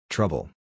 Trouble